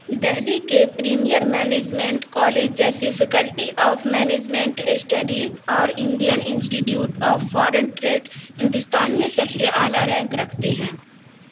دہلی کے premier management college جیسے faculty of management studies اور Indian institute of foreign trade Hindustan میں سب سے اعلیٰ رینک رکھتے ہیں